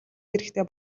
хэрэгтэй